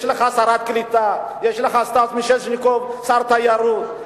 יש לך שרת קליטה, יש לך סטס מיסז'ניקוב שר תיירות.